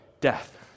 death